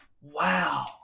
Wow